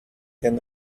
can